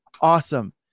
awesome